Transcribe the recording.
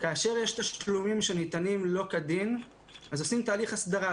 כאשר יש תשלומים שניתנים שלא כדין אז עושים תהליך הסדרה.